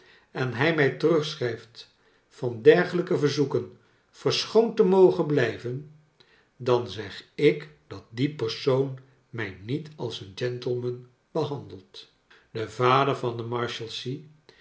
en hij mij tcrugschrijl't van dergelijke verzoeken verschoond te mogen blijven dan zeg ik dat die persoon mij niet als een gentleman behandelt de vader van de marshalsea